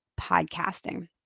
podcasting